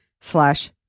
slash